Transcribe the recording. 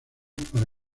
para